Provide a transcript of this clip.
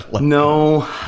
no